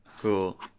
cool